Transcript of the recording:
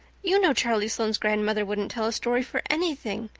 you know charlie sloane's grandmother wouldn't tell a story for anything.